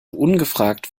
ungefragt